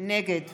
נגד